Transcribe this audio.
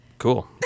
Cool